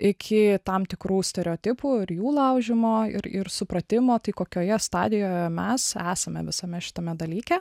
iki tam tikrų stereotipų ir jų laužymo ir ir supratimo tai kokioje stadijoje mes esame visame šitame dalyke